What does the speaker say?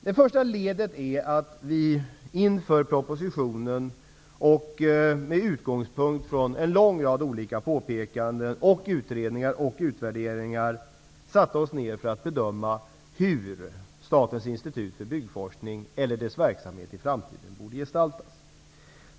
Det första ledet är att vi inför propositionen och med utgångspunkt i en lång rad olika påpekanden, utredningar och utvärderingar satte oss ned för att bedöma hur Statens institut för byggnadsforskning eller dess verksamhet i framtiden borde gestaltas.